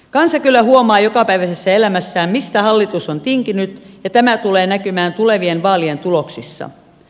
kansa kyllä huomaa jokapäiväisessä elämässään mistä hallitus on tinkinyt ja tämä tulee näkymään tulevien vaalien tuloksissa